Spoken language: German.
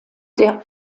der